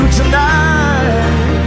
tonight